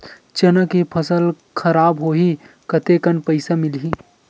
चना के फसल खराब होही कतेकन पईसा मिलही?